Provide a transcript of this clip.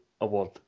award